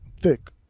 thick